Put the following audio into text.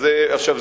עכשיו,